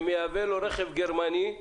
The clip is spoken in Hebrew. שמייבא לו רכב גרמני,